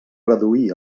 reduir